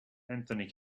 anthony